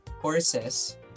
courses